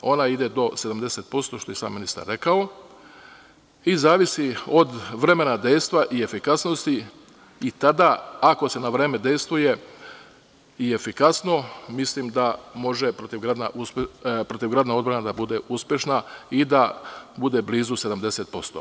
Ona ide do 70%, što je i sam ministar rekao i zavisi od vremena dejstva i efikasnosti i tada, ako se na vreme dejstvuje i efikasno, mislim da može protivgradna odbrana da bude uspešna i da bude blizu 70%